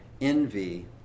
Envy